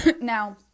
Now